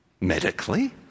Medically